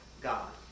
God